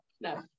no